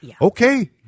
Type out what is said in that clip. Okay